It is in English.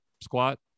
squat